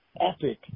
epic